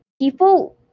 people